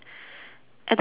at the bottom lah